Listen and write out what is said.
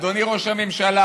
אדוני ראש הממשלה,